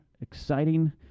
exciting